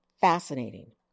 fascinating